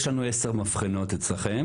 יש לנו 10 מבחנות אצלכם.